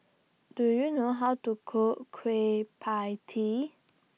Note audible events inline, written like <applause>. Do YOU know How to Cook Kueh PIE Tee <noise>